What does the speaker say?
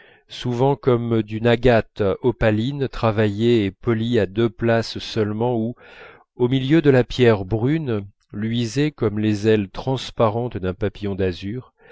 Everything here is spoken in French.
souvent comme une agate opaline travaillée et polie à deux places seulement où au milieu de la pierre brune luisaient comme les ailes transparentes d'un papillon d'azur